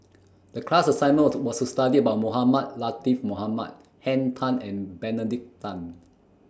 The class assignment was was to study about Mohamed Latiff Mohamed Henn Tan and Benedict Tan